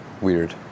weird